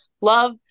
love